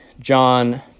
John